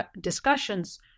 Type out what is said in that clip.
discussions